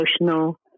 emotional